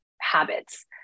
habits